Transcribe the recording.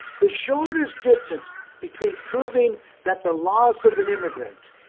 the shortest distance between proving that the loss of an immigrant,